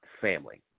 family